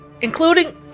Including